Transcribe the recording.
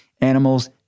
animals